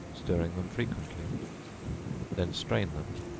stirring them frequently then strain them,